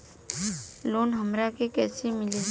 Loan हमरा के कईसे मिली?